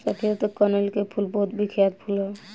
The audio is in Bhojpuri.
सफेद कनईल के फूल बहुत बिख्यात फूल ह